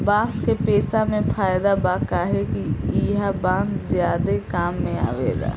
बांस के पेसा मे फायदा बा काहे कि ईहा बांस ज्यादे काम मे आवेला